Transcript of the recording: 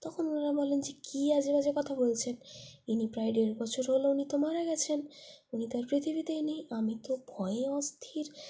তখন ওরা বলেন যে কি আজেবাজে কথা বলছেন ইনি প্রায় দেড় বছর হল উনি তো মারা গেছেন উনি তো আর পৃথিবীতেই নেই আমি তো ভয়ে অস্থির